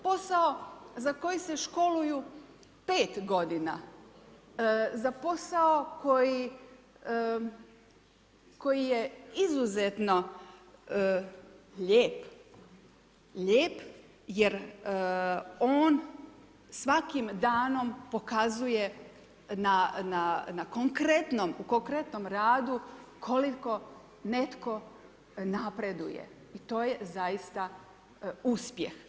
Posao za koji se školuju 5. godina, za posao koji je izuzetno lijep jer on svakim danom pokazuje u konkretnom radu koliko netko napreduje i to je zaista uspjeh.